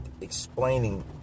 explaining